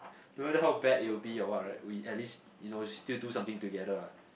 no matter how bad it will be or what right we at least you know still do something together ah